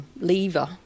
lever